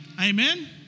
Amen